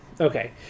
okay